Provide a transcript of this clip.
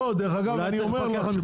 אולי צריך לפקח על משרד החקלאות?